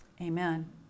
amen